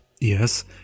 yes